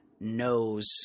knows